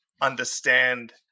understand